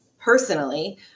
personally